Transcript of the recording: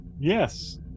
Yes